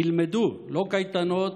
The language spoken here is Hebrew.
ילמדו, לא קייטנות,